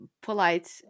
polite